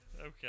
Okay